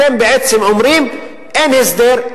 אתם בעצם אומרים: אין הסדר,